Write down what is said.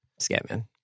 Scatman